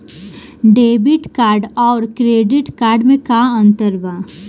Debit card आउर credit card मे का अंतर बा?